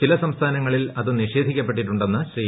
ചില സംസ്ഥാനങ്ങളിൽ അത് നിഷേധിക്കപ്പെട്ടിട്ടുണ്ടെന്ന് ശ്രീ